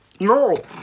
No